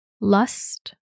lust